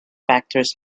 factors